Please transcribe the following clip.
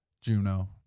Juno